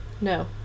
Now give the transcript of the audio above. no